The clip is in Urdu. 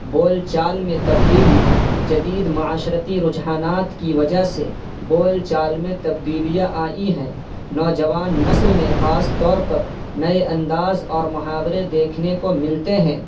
بول چال میں تبدیلی جدید معاشرتی رجحانات کی وجہ سے بول چال میں تبدیلیاں آئی ہیں نوجوان نسل میں خاص طور پر نئے انداز اور محاورے دیکھنے کو ملتے ہیں